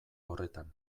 horretan